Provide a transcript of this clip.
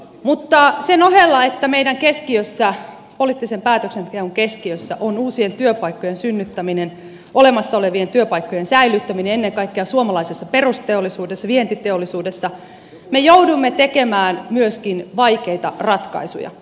mutta sen ohella että meidän poliittisen päätöksenteon keskiössä on uusien työpaikkojen synnyttäminen olemassa olevien työpaikkojen säilyttäminen ennen kaikkea suomalaisessa perusteollisuudessa vientiteollisuudessa me joudumme tekemään myöskin vaikeita ratkaisuja